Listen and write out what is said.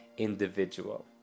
individual